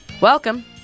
Welcome